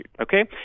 okay